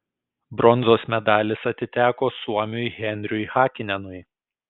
bronzos medalis atiteko suomiui henriui hakinenui